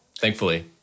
thankfully